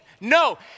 No